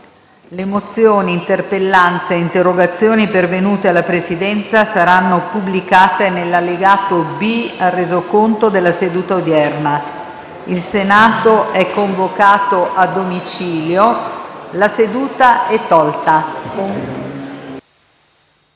Le mozioni, interpellanze e interrogazioni pervenute alla Presidenza saranno pubblicate nell'allegato B al Resoconto della seduta odierna. Il Senato è convocato a domicilio. La seduta è tolta.